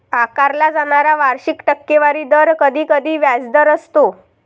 आकारला जाणारा वार्षिक टक्केवारी दर कधीकधी व्याजदर असतो